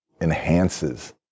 enhances